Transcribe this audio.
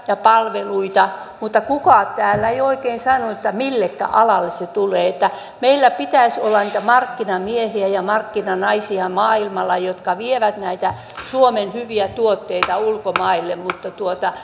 ja palveluita mutta kukaan täällä ei oikein ole sanonut millekä alalle se tulee meillä pitäisi olla maailmalla niitä markkinamiehiä ja markkinanaisia jotka vievät näitä suomen hyviä tuotteita ulkomaille mutta